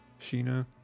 Sheena